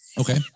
Okay